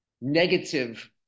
negative